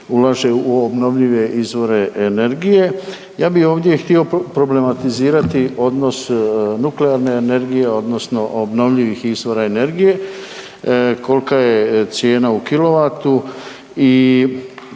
ulaže u obnovljive izvore energije. Ja bih ovdje htio problematizirati odnos nuklearne energije odnosno obnovljivih izvora energije, kolika je cijena u kilovatu i